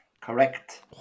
correct